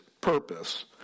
purpose